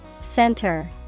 Center